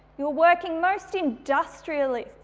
you're working most industriously.